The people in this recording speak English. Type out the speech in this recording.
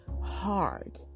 hard